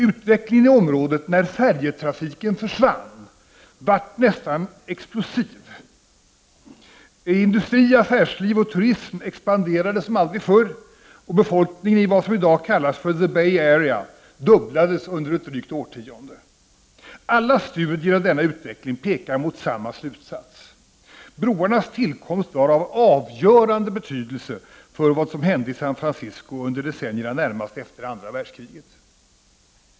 Utvecklingen i området när färjetrafiken försvann blev nästan explosiv: industri, affärsliv och turism expanderade som aldrig förr, och befolkningen i vad som i dag kallas ”the Bay Area” dubblades under ett drygt årtionde. Alla studier av denna utveckling pekar mot samma slutsats: broarnas tillkomst var av avgörande betydelse för vad som hände i San Francisco under decennierna närmast efter andra världskriget.